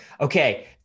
Okay